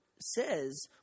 says